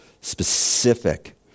specific